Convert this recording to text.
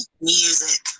music